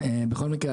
בכל מקרה,